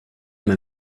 med